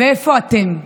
ואיפה אתם?